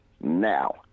now